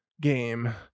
game